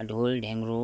ढोल ढ्याङ्ग्रो